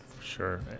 Sure